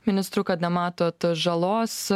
ministru kad nematot žalos